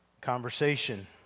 conversation